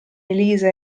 elisa